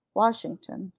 washington,